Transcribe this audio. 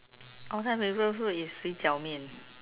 all time favourite food is 水饺面